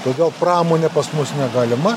todėl pramonė pas mus negalima